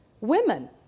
women